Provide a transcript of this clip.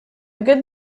good